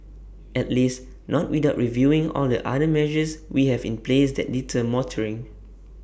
at least not without reviewing all the other measures we have in place that deter motoring